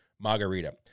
margarita